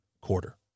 quarter